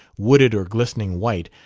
wooded or glistening white,